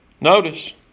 Notice